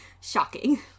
shocking